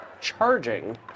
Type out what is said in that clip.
charging